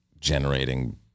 generating